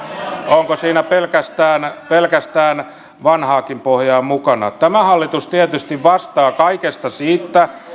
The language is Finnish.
onko siinä pelkästään vanhaakin pohjaa mukana tämä hallitus tietysti vastaa kaikesta siitä